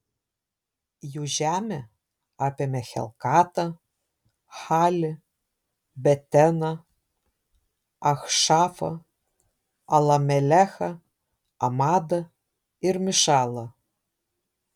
jų žemė apėmė helkatą halį beteną achšafą alamelechą amadą ir mišalą